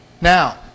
Now